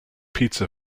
pizza